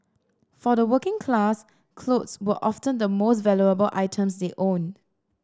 for the working class clothes were often the most valuable items they owned